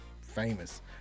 famous